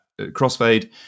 crossfade